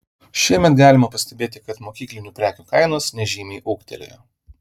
šiemet galima pastebėti kad mokyklinių prekių kainos nežymiai ūgtelėjo